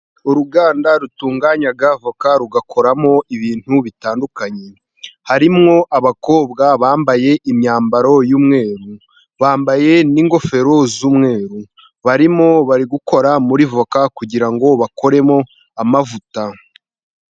Uruganda rutunganya voka rugakoramo ibintu bitandukanye harimo abakobwa bambaye imyambaro y'umweru n'ingofero z'umweru. Bari gukora muri voka kugira ngo bakoremo amavuta.